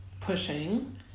pushing